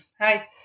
Hi